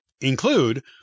include